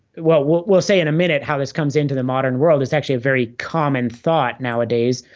well, we'll say in a minute how this comes into the modern world, it's actually a very common thought nowadays,